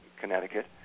Connecticut